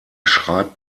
schreibt